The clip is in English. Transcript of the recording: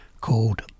called